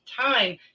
time